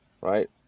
right